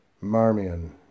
Marmion